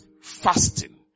Fasting